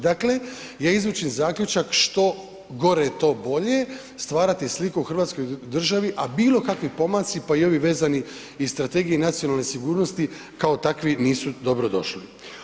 Dakle, ja izvučem zaključak, što gore to bolje, stvarati sliku o hrvatskoj državi, a bilo kakvi pomaci, pa i ovi vezani iz strategije nacionalne sigurnosti kao takvi nisu dobrodošli.